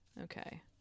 okay